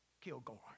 Kilgore